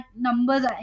numbers